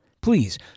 Please